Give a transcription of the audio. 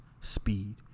speed